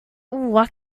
what